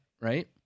right